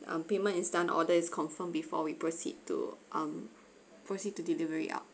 um payment is done order is confirmed before we proceed to um proceed to delivery ya